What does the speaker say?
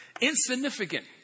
Insignificant